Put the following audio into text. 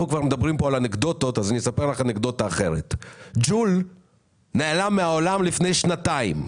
על אנקדוטות, אז ג'ול נעלם מהעולם לפני שנתיים.